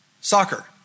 soccer